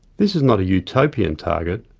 this is not a utopian target.